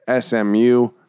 SMU